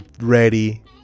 ready